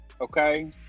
okay